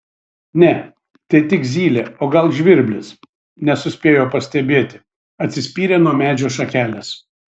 ne tai tik zylė o gal žvirblis nesuspėjo pastebėti atsispyrė nuo medžio šakelės